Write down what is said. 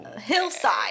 hillside